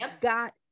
got